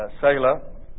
sailor